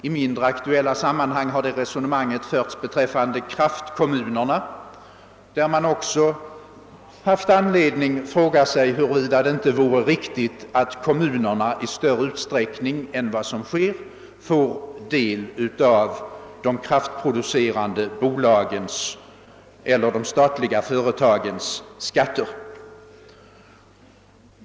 I mindre aktuella sammanhang har detta resonemang också förts beträffande kraftkommunerna, där man haft anledning att fråga sig huruvida det inte vore riktigt att kommunerna i större utsträckning än vad som sker får del av de kraftproducerande bolagens och de statliga företagens skatter.